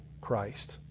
Christ